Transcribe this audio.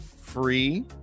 free